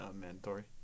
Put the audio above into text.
mandatory